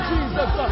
Jesus